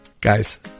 guys